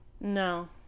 no